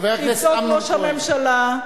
שיבדוק ראש הממשלה,